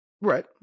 Right